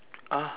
ah